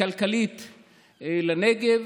כלכלית לנגב,